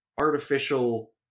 artificial